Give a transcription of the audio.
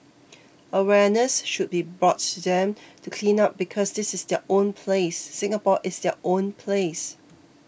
awareness should be brought to them to clean up because this is their own place Singapore is their own place